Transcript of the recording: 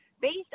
based